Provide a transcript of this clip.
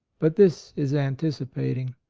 but this is anticipating.